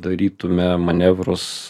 darytume manevrus